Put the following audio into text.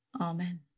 amen